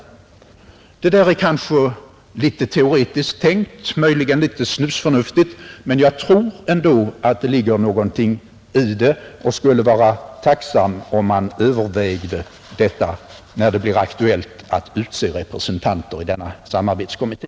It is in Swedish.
Det är kanske litet teoretiskt tänkt, möjligen litet snusförnuftigt, men jag tror ändå att det ligger någonting i det och skulle vara tacksam om man övervägde detta när det blir aktuellt att utse representanter i varvens samarbetskommitté.